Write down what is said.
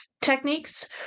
techniques